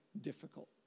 difficult